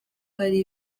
hari